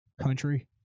country